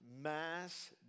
mass